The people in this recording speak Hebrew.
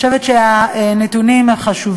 אני חושבת שהנתונים הם חשובים.